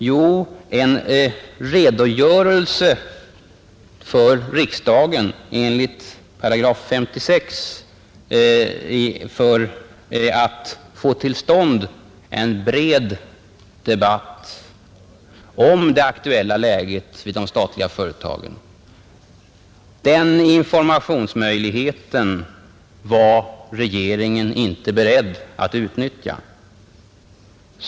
Jo, en redogörelse för riksdagen enligt riksdagsordningens § 56 för att få till stånd en bred debatt om det aktuella läget vid de statliga företagen. Den informationsmöjligheten var regeringen inte beredd att utnyttja.